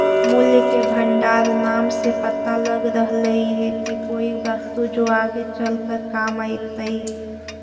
मूल्य के भंडार नाम से पता लग रहलई हे की कोई वस्तु जो आगे चलकर काम अतई